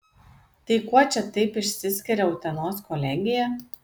tai kuo čia taip išsiskiria utenos kolegija